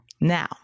Now